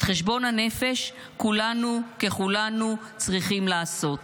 את חשבון הנפש כולנו ככולנו צריכים לעשות.